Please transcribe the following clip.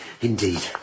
indeed